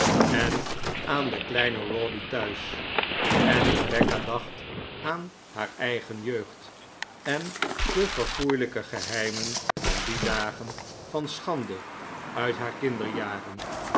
en aan den kleinen rawdy thuis en rebecca dacht aan haar eigen jeugd en de verfoeilijke geheimen van die dagen van schande uit haar kinderjaren